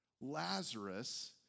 Lazarus